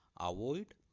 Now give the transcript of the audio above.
avoid